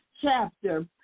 chapter